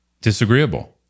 disagreeable